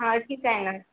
हां ठीक आहे ना